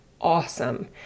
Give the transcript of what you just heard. awesome